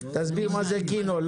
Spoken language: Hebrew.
תסביר מה זה קינו.